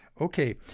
Okay